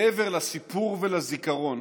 מעבר לסיפור ולזיכרון